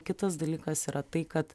kitas dalykas yra tai kad